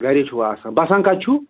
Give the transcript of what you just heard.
گری چھُو آسان بسان کتہِ چھُو